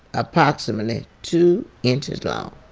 approximately two inches long.